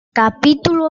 capítulo